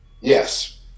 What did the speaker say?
Yes